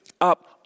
up